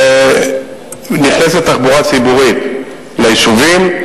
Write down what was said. נכנסת תחבורה ציבורית ליישובים,